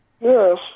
Yes